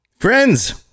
Friends